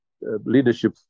leadership